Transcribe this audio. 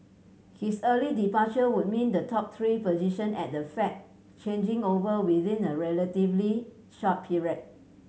his early departure would mean the top three position at the Fed changing over within a relatively short period